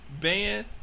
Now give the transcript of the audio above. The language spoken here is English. ban